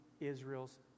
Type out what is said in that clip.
Israel's